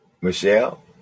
Michelle